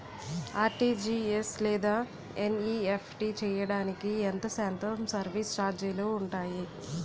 RTGS లేదా NEFT చేయడానికి ఎంత శాతం సర్విస్ ఛార్జీలు ఉంటాయి?